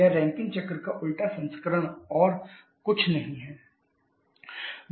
यह रैंकिन चक्र का उल्टा संस्करण है और कुछ नहीं